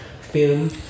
film